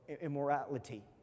immorality